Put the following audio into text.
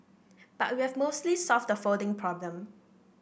but we've mostly solved the folding problem